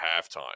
halftime